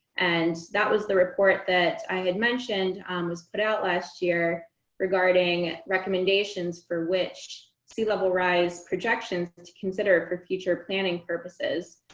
and that was the report that i had mentioned was put out last year regarding recommendations for which sea level rise projection is considered for future planning purposes.